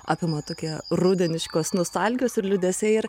apima tokia rudeniškos nostalgijos ir liūdesiai ir